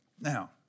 Now